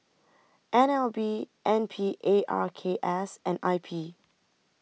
N L B N P A R K S and I P